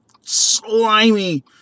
slimy